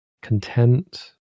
content